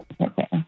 Okay